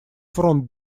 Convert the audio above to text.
фронт